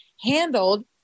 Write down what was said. handled